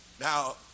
Now